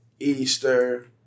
Easter